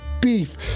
beef